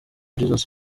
jesus